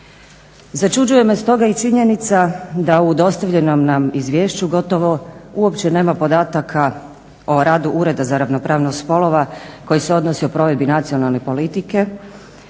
Začuđuje me stoga i činjenica da u dostavljenom nam izvješću gotovo uopće nema podataka o radu Ureda za ravnopravnost spolova koji se odnosni o provedbi nacionalne politike